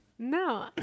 No